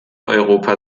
europa